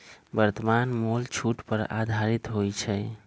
वर्तमान मोल छूट पर आधारित होइ छइ